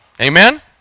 Amen